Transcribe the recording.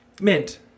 Mint